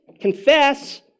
confess